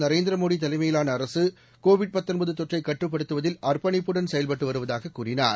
நரேந்திரமோடிதலைமயிலானஅரசுகோவிட் தொற்றைக் கட்டுப்படுத்துவதில் அர்ப்பணிப்படன் செயல்பட்டுவருவதாககூறினார்